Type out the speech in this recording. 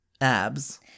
abs